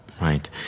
Right